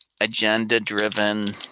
agenda-driven